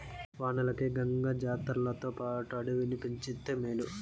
వానలకై గంగ జాతర్లతోపాటు అడవిని పంచితే మేలు